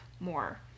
more